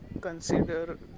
consider